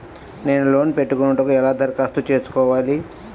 నేను లోన్ పెట్టుకొనుటకు ఎలా దరఖాస్తు చేసుకోవాలి?